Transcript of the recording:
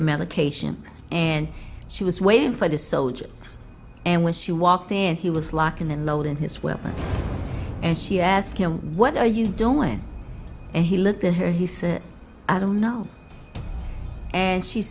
of medication and she was waiting for this soldier and when she walked in he was locking the note in his weapon and she asked him what are you doing and he looked at her he said i don't know and she